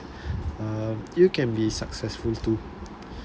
uh you can be successful too